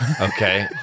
Okay